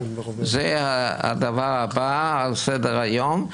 זה הדבר הבא על סדר-היום.